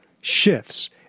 shifts